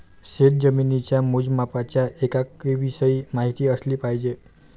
शेतजमिनीच्या मोजमापाच्या एककांविषयी माहिती असली पाहिजे